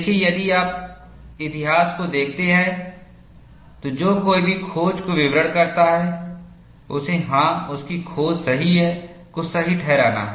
देखिए यदि आप इतिहास को देखते हैं तो जो कोई भी खोज को विवरण करता है उसे हां उसकी खोज सही है 'को सही ठहराना है